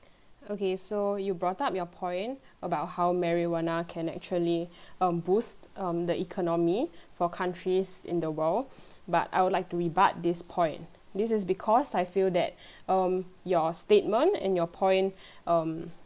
okay so you brought up your point about how marijuana can actually um boost um the economy for countries in the world but I would like to rebut this point this is because I feel that um your statement and your point um